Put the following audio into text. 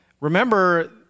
remember